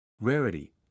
Rarity